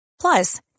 Plus